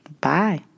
Bye